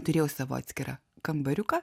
turėjau savo atskirą kambariuką